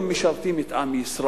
הם משרתים את עם ישראל,